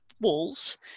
walls